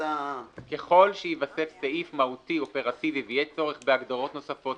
ככל שייווסף סעיף מהותי אופרטיבי ויהיה צורך בהגדרות נוספות,